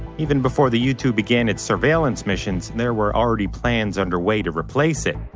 even before the u two began its surveillance missions, there were already plans underway to replace it.